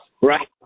Right